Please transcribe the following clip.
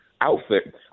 outfit